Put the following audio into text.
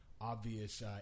obvious